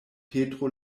petro